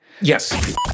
yes